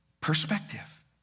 perspective